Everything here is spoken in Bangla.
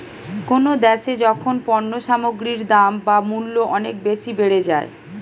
কোনো দ্যাশে যখন পণ্য সামগ্রীর দাম বা মূল্য অনেক বেশি বেড়ে যায়